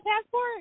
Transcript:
passport